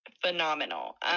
phenomenal